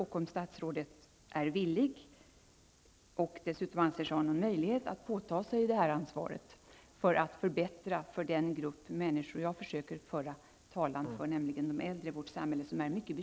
Är statsrådet villigt och anser sig han ha någon möjlighet att påta sig ansvaret för att förbättra för den grupp människor jag försöker föra talan för, nämligen de äldre i vårt samhälle?